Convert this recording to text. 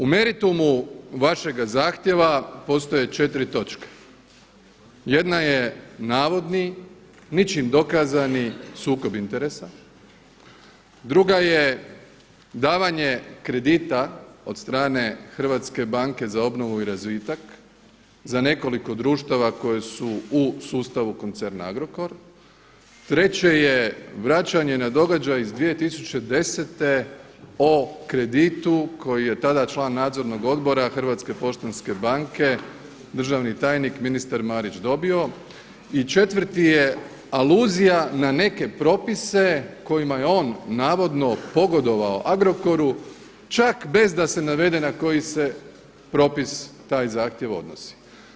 U meritumu vašeg zahtjeva postoje četiri točke, jedna je navodni ničim dokazani sukob interesa, druga je davanje kredita od strane HBOR-a za nekoliko društava koja su u sustavu koncerna Agrokor, treće je vraćanje na događaj iz 2010. o kreditu koji je tada član nadzornog odbora Hrvatske poštanske banke državni tajnik ministar Marić dobio i četvrti je aluzija ne neke propise kojima je on navodno pogodovao Agrokoru, čak bez da se navede na koji se propis taj zahtjev odnosi.